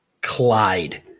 Clyde